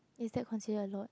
is that considered a lot